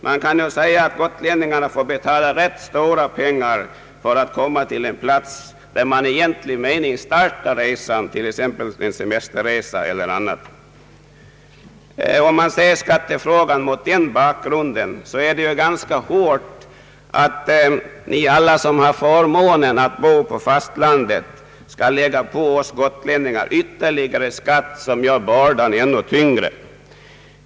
Gotlänningarna får alltså betala mycket höga kostnader för att komma till en plats, där man i egentlig mening startar resan, t.ex. en semesterresa. Om vi bedömer skattefrågan mot denna bakgrund, finner vi att det är ganska hårt att alla som har förmånen att bo på fastlandet skall lägga på gotlänningarna ytterligare skatt som gör bördan ännu tyngre.